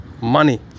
money